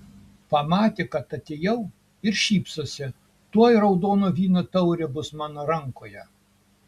pamatė kad atėjau ir šypsosi tuoj raudono vyno taurė bus mano rankoje